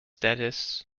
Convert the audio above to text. dentists